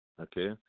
okay